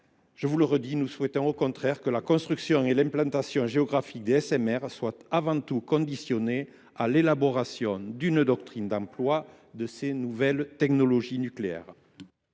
Au contraire, nous souhaitons que la construction et l’implantation géographique des SMR soient avant tout conditionnées à l’élaboration d’une doctrine d’emploi de ces nouvelles technologies nucléaires.